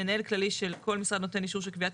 מנהל כללי של כל משרד נותן אישור שקביעת